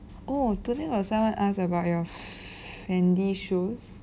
oh today got someone ask about your fendi shoes